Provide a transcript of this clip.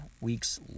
weeks